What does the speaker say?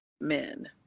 men